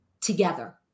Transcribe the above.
together